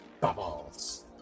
Bubbles